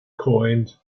coined